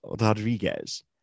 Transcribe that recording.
Rodriguez